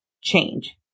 change